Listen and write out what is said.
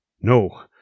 No